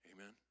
Amen